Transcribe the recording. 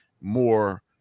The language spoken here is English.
more